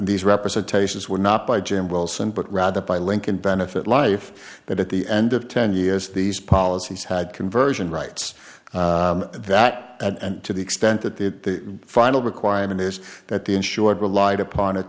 these representations were not by jim wilson but rather by lincoln benefit life that at the end of ten years these policies had conversion rights that and to the extent that the final requirement is that the insured relied upon it